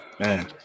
Man